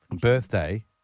birthday